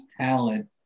talent